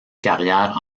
carrière